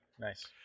nice